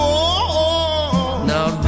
Now